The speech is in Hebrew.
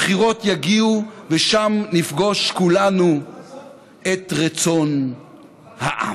הבחירות יגיעו, ושם נפגוש כולנו את רצון העם.